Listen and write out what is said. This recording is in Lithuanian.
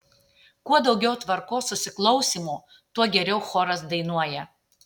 kuo daugiau tvarkos susiklausymo tuo geriau choras dainuoja